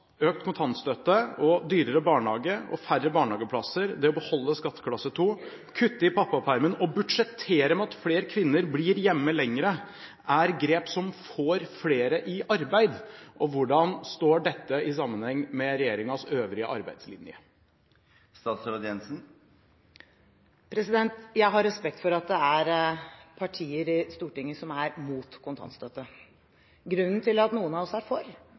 økt kontantstøtte, dyrere barnehage, færre barnehageplasser og det å beholde skatteklasse 2, kutte i pappapermen og budsjettere med at flere kvinner blir hjemme lenger, er grep som får flere i arbeid? Og hvordan står dette i sammenheng med regjeringens øvrige arbeidslinje? Jeg har respekt for at det er partier i Stortinget som er mot kontantstøtte. Grunnen til at noen av oss er for,